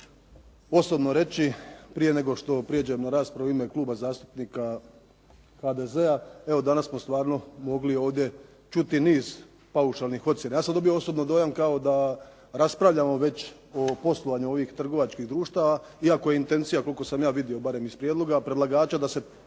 posebno reći, prije nego što prijeđem na raspravu u ime Kluba zastupnika HDZ-a, evo danas smo stvarno mogli ovdje čuti niz paušalnih ocjena. Ja sam dobio osobno dojam kao da raspravljamo već o poslovanju ovih trgovačkih društava, iako je intencija koliko sam ja vidio barem iz prijedloga predlagača da se